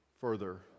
further